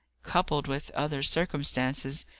coupled with other circumstances,